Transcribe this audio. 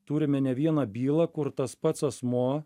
turime ne vieną bylą kur tas pats asmuo